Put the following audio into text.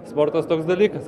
sportas toks dalykas